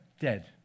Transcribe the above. dead